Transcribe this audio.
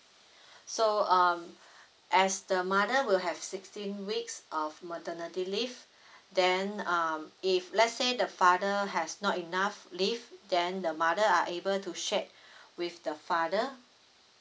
so um as the mother will have sixteen weeks of maternity leave then um if let's say the father has not enough leave then the mother are able to shared with the father